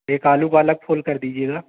एक आलू पालक फुल कर दीजिएगा